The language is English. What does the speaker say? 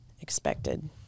expected